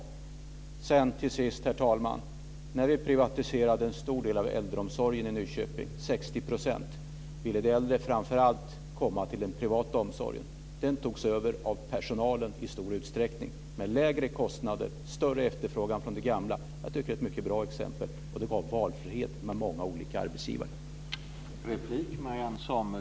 Herr talman! Till sist: När vi privatiserade en stor del av äldreomsorgen i Nyköping, 60 %, ville de äldre framför allt komma till den privata omsorgen. Den togs i stor utsträckning över av personalen med lägre kostnader och större efterfrågan från de gamla. Jag tycker att det är ett mycket bra exempel, och det gav valfrihet med många olika arbetsgivare.